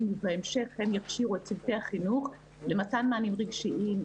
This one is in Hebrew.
ובהמשך הם יכשירו את צוותי החינוך למתן מענים רגשיים,